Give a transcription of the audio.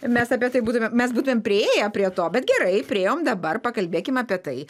mes apie tai būtumėm mes būtumėm priėję prie to bet gerai priėjom dabar pakalbėkim apie tai